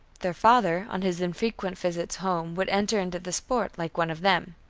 their father on his infrequent visits home would enter into the sport like one of them.